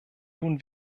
tun